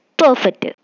perfect